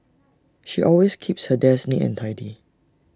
she always keeps her desk neat and tidy